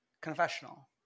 confessional